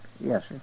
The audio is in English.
Yes